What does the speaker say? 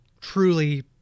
truly